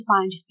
find